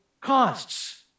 costs